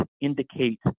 indicate